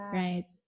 right